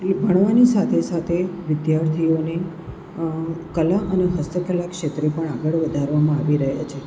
ભણવાની સાથે સાથે વિદ્યાર્થીઓને કલા અને હસ્તકલા ક્ષેત્રે પણ આગળ વધારવામાં આવી રહ્યા છે